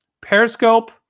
Periscope